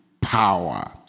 power